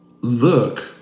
look